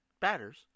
batters